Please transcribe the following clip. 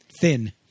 thin